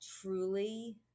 truly